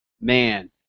man